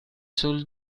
sul